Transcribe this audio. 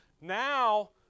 Now